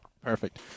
Perfect